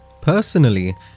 personally